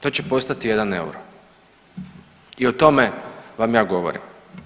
To će postati jedan euro i o tome vam ja govorim.